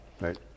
right